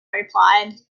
replied